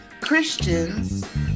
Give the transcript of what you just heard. Christians